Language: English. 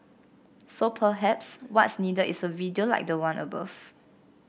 so perhaps what's needed is a video like the one above